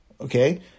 okay